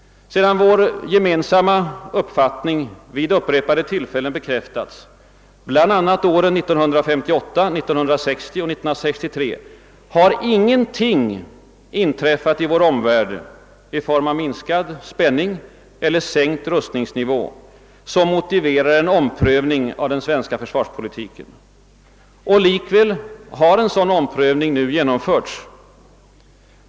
Sedan vår gemensamma uppfattning vid upprepade tillfällen bekräftats, bl.a. åren 1958, 1960 och 1963, har ingenting inträffat i vår omvärld i form av minskad spänning eller sänkt rustningsnivå som kan motivera en omprövning av den svenska försvarspolitiken. Och likväl har en sådan omprövning nu genomförts.